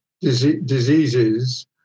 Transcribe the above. diseases